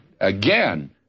again